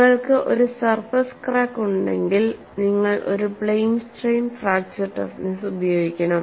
നിങ്ങൾക്ക് ഒരു surface crack ഉണ്ടെങ്കിൽ നിങ്ങൾ ഒരു പ്ലെയിൻ സ്ട്രെയിൻ ഫ്രാക്ചർ ടഫ്നെസ്സ് ഉപയോഗിക്കണം